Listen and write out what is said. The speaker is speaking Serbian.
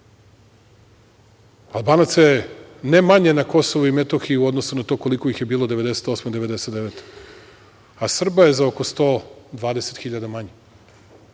Albanaca je ne manje na Kosovu i Metohiji u odnosu na to koliko ih je bilo 1998, 1999. godine, a Srba je za oko 120.000 manje.